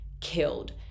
killed